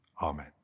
Amen